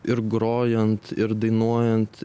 ir grojant ir dainuojant